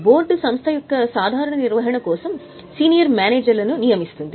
board సంస్థ యొక్క సాధారణ నిర్వహణ కోసం సీనియర్ మేనేజర్లను నియమిస్తుంది